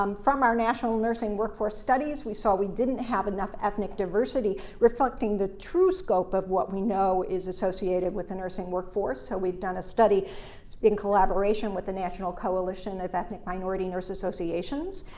um from our national nursing workforce studies, we saw we didn't have enough ethnic diversity reflecting the true scope of what we know is associated with the nursing workforce, so we've done a study in collaboration with the national coalition of ethnic minority nurse associations.